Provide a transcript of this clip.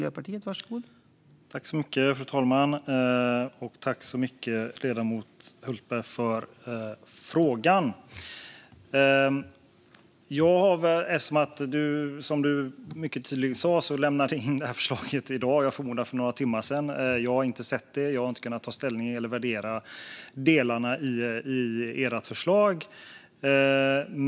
Fru talman! Tack för frågan, ledamoten Hultberg! Som ledamoten mycket tydligt sa lämnades förslaget in i dag - jag förmodar att det var några timmar sedan - och jag har inte sett det. Jag har inte kunnat ta ställning till eller värdera delarna i detta förslag.